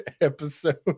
episode